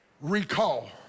recall